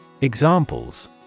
Examples